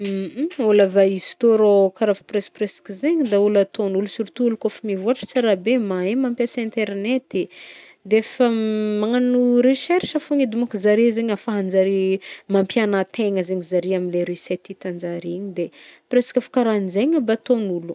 Olo ava izy tô rô karaha vô presque presque zegny daholo ataogn'olo surtout koa ôlo koa efa mivoatra tsara be mahay mampiasa internet de fa magnagno recherche fogna edy môko zare ahafahanjare mampiagnan-tegna zegny zare amle resety hitanjare, presque efa karaha zegny aby ataon'olo.